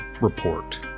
report